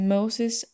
Moses